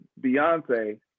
Beyonce